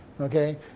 Okay